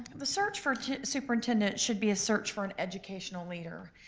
and the search for a superintendent should be a search for an educational leader.